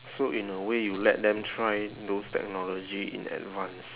so in a way you let them try those technology in advance